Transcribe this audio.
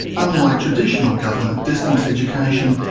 unlike traditional government distance education,